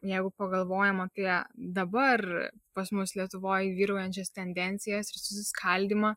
jeigu pagalvojam apie dabar pas mus lietuvoj vyraujančias tendencijas ir susiskaldymą